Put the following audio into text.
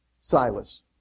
Silas